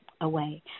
away